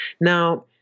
Now